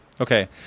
okay